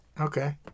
Okay